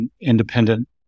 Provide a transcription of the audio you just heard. independent